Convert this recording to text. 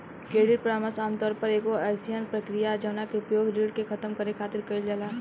credit परामर्श आमतौर पर एगो अयीसन प्रक्रिया ह जवना के उपयोग ऋण के खतम करे खातिर कईल जाला